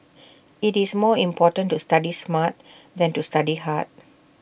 IT is more important to study smart than to study hard